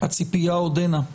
הציפייה עודנה,